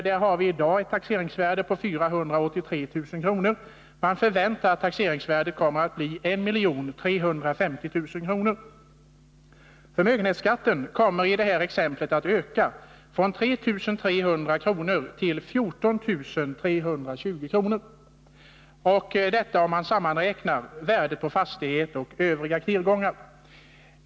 Där är i dag taxeringsvärdet 483 000 kr. Man förväntar att taxeringsvärdet kommer att bli 1 350 000 kr. Förmögenhetsskatten ökar från 3 300 till 14 320 kr., om man sammanräknar värdet på fastighet och övriga tillgångar.